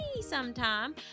sometime